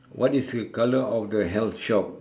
what is the colour of the health shop